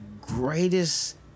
greatest